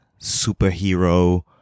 superhero